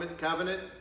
covenant